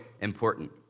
important